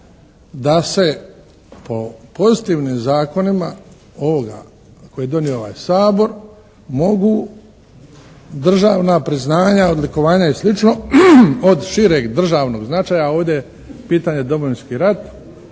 da se po pozitivnim zakonima ovoga koji je donio ovaj Sabor mogu državna priznanja, odlikovanja i slično od šireg državnog značaja, a ovdje je pitanje Domovinski rat,